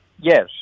Yes